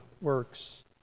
works